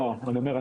אני אומר,